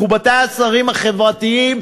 מכובדי השרים החברתיים,